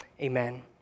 Amen